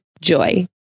Joy